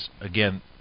Again